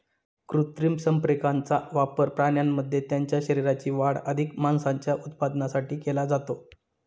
कृत्रिम संप्रेरकांचा वापर प्राण्यांमध्ये त्यांच्या शरीराची वाढ अधिक मांसाच्या उत्पादनासाठी केला जातो